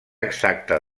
exacta